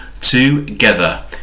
Together